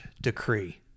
decree